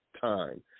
time